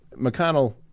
McConnell